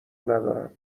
ندارم